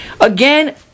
Again